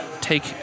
take